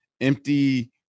empty